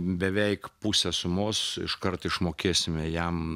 beveik pusę sumos iškart išmokėsime jam